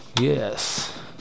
Yes